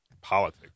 politics